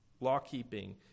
law-keeping